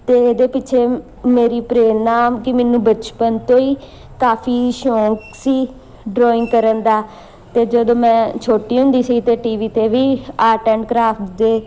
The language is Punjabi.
ਅਤੇ ਇਹਦੇ ਪਿੱਛੇ ਮੇਰੀ ਪ੍ਰੇਰਣਾ ਕਿ ਮੈਨੂੰ ਬਚਪਨ ਤੋਂ ਹੀ ਕਾਫੀ ਸ਼ੌਂਕ ਸੀ ਡਰੋਇੰਗ ਕਰਨ ਦਾ ਅਤੇ ਜਦੋਂ ਮੈਂ ਛੋਟੀ ਹੁੰਦੀ ਸੀ ਤਾਂ ਟੀ ਵੀ 'ਤੇ ਵੀ ਆਰਟ ਐਂਡ ਕਰਾਫਟ ਦੇ